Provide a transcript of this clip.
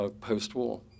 post-war